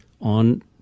on